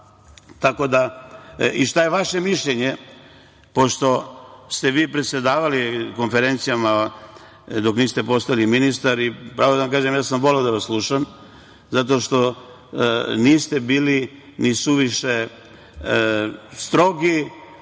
skupovima. Šta je vaše mišljenje pošto ste vi predsedavali konferencijama dok niste postali ministar i pravo da vam kažem, voleo sam da vas slušam zato niste bili ni suviše strogi,